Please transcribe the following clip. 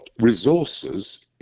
resources